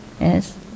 Yes